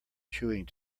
chewing